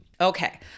okay